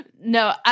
No